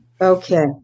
okay